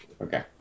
Okay